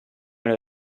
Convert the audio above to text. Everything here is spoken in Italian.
alle